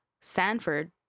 Sanford